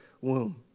womb